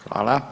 Hvala.